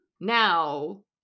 now